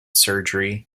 surgery